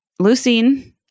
leucine